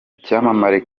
icyamamare